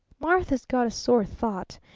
martha's got a sore thought.